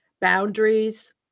boundaries